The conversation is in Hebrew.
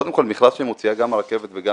קודם כול מכרז שמוציאה גם הרכבת וגם